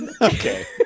okay